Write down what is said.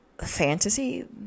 fantasy